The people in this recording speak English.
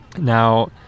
Now